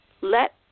let